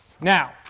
Now